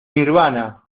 nirvana